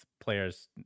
players